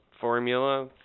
formula